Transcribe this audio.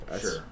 Sure